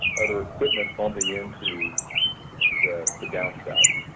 other equipment bumping into the the downspout.